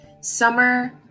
Summer